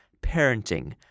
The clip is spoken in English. parenting